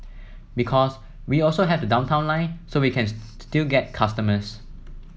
because we also have the Downtown Line so we can still get customers